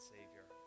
Savior